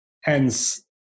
hence